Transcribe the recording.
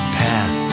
path